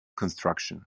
construction